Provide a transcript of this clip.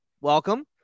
welcome